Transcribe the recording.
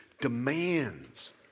demands